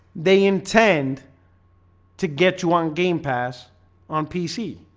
they intend to get you on game pass on pc